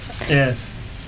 Yes